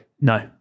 No